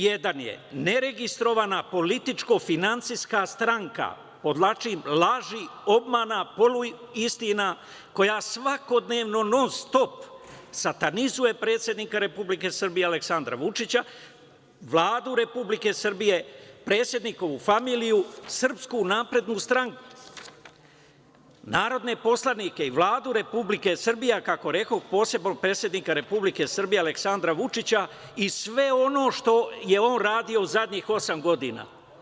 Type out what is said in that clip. Televizije "N1" je nerigistrovana političko-finansijska stranka, podvlačim, laži, obmana, poluistina, koja svakodnevno, non-stop satanizuje predsednika Republike Srbije Aleksandra Vučića, Vladu Republike Srbije, predsednikovu familiju, Srpsku naprednu stranku, narodne poslanike i Vladu Republike Srbije, a kako rekoh, posebno predsednika Republike Srbije Aleksandra Vučića i sve ono što je on radio zadnjih osam godina.